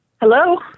Hello